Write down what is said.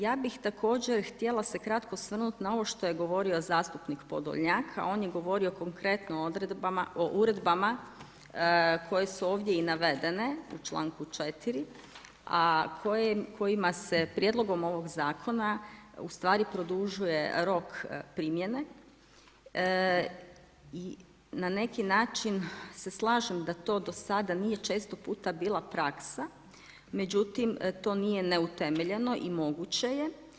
Ja bih također htjela se kratko osvrnuti n a ovo što je govorio zastupnik Podolnjak, a on je govorio konkretno o uredbama koje su ovdje i navedene u čl. 4. a kojima se prijedlogom ovog zakona, ustvari produžuje rok primjene i na neki način se slažem da to do sada nije često puta bila praksa, međutim, to nije neutemeljeno i moguće je.